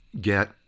get